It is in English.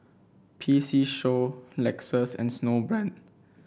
P C Show Lexus and Snowbrand